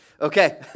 Okay